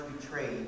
betrayed